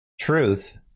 truth